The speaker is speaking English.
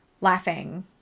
laughing